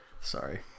Sorry